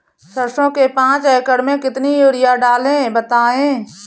सरसो के पाँच एकड़ में कितनी यूरिया डालें बताएं?